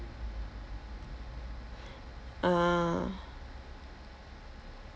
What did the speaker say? ah